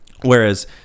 Whereas